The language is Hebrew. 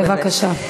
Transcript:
בבקשה.